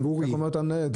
איך אומרת המנהלת,